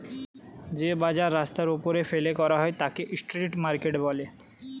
যে বাজার রাস্তার ওপরে ফেলে করা হয় তাকে স্ট্রিট মার্কেট বলে